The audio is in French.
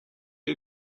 est